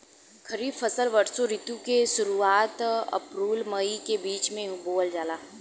खरीफ फसल वषोॅ ऋतु के शुरुआत, अपृल मई के बीच में बोवल जाला